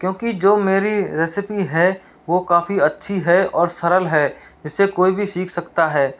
क्योंकि जो मेरी रेसिपी है वो काफ़ी अच्छी है और सरल है इसे कोई भी सीख सकता है